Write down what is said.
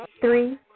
Three